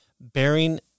bearing